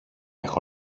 έχω